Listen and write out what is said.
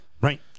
Right